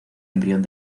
embrión